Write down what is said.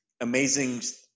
amazing